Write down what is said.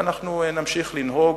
ואנחנו נמשיך לנהוג